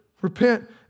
Repent